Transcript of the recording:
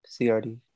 CRD